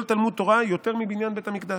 תלמוד תורה יותר מבניין בית המקדש,